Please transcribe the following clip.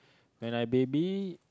when I baby